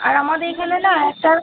আর আমাদের এখানে না একটা